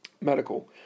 medical